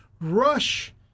rush